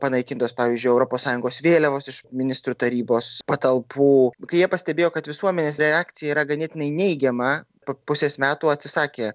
panaikintos pavyzdžiui europos sąjungos vėliavos iš ministrų tarybos patalpų kai jie pastebėjo kad visuomenės reakcija yra ganėtinai neigiama po pusės metų atsisakė